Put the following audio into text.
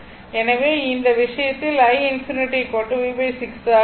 எனவே இந்த விஷயத்தில் i∞ v6 ஆக இருக்கும்